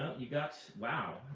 you got, wow.